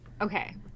Okay